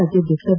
ರಾಜ್ಯಾಧ್ಯಕ್ಷ ಬಿ